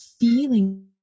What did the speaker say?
feeling